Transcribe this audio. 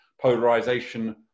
polarization